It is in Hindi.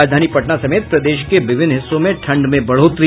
और राजधानी पटना समेत प्रदेश के विभिन्न हिस्सों में ठंड में बढोतरी